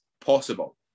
possible